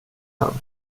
han